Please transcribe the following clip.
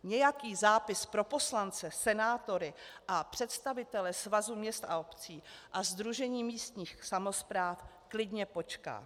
Nějaký zápis pro poslance, senátory a představitele Svazu měst a obcí a Sdružení místních samospráv klidně počká.